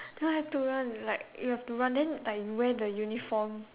no have to run like you have to run then like you wear the uniform